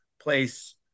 place